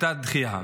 הייתה דחייה.